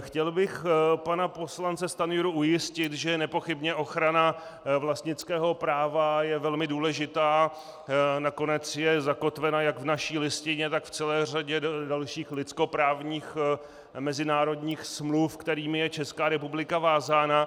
Chtěl bych pana poslance Stanjuru ujistit, že nepochybně ochrana vlastnického práva je velmi důležitá, nakonec je zakotvena jak v naší Listině, tak v celé řadě dalších lidskoprávních mezinárodních smluv, kterými je Česká republika vázána.